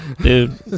Dude